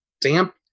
damp